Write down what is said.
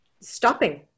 stopping